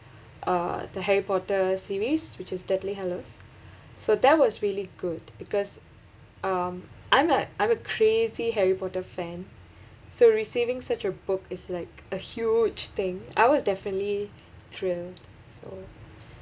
uh the harry potter series which is deathly hallows so that was really good because um I'm a I'm a crazy harry potter fan so receiving such a book is like a huge thing I was definitely thrilled so